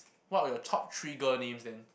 what are your top three girl names then